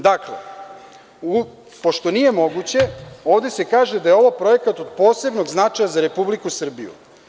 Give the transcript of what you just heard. Dakle, pošto nije moguće, ovde se kaže da je ovo projekat od posebnog značaja za Republiku Srbiju.